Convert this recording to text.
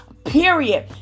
period